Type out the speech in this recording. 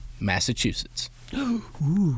massachusetts